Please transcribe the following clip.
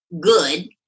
good